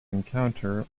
encounter